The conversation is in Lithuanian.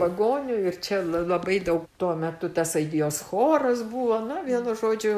pagonių ir čia labai daug tuo metu tas aidijos choras buvo nu vienu žodžiu